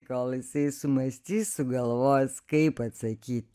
kol jisai sumąstys sugalvos kaip atsakyt